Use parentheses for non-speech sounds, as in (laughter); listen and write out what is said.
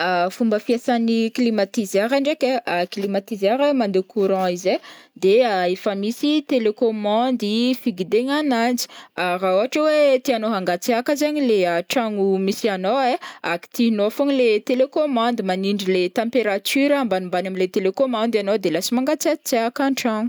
(hesitation) Fomba fiasan'ny climatiseur ndraiky ai (hesitation) climatiseur mandeha courant izy ai de (hesitation) efa misy télécommande figuidegna ananjy (hesitation) raha ohatra hoe tianao angatsiaka zegny le tragno misy anao ai (hesitation) kitihinao fogna le télécommande manindry le température ambanimbany am'le télécommande anao de lasa mangatsiatsiaka antragno.